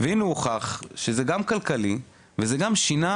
והנה הוכח שזה גם כלכלי, וזה גם שינה,